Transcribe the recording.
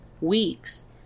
weeks